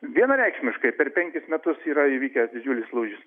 vienareikšmiškai per penkis metus yra įvykęs didžiulis lūžis